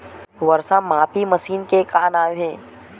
वर्षा मापी मशीन के का नाम हे?